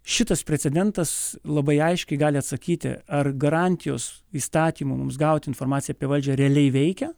šitas precedentas labai aiškiai gali atsakyti ar garantijos įstatymų mums gauti informaciją apie valdžią realiai veikia